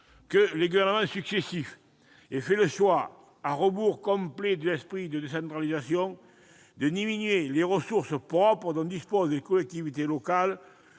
que les gouvernements successifs aient fait le choix, à rebours complet de l'esprit de la décentralisation, de diminuer les ressources propres dont disposent les collectivités locales,